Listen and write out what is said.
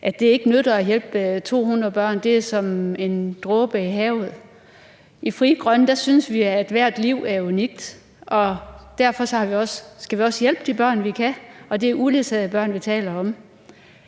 at det ikke nytter at hjælpe 200 børn – det er som en dråbe i havet. I Frie Grønne synes vi, at ethvert liv er unikt, og derfor skal vi også hjælpe de børn, vi kan. Og det er uledsagede børn, vi taler om.